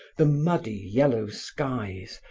the muddy yellow skies,